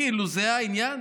כאילו זה העניין?